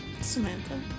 Samantha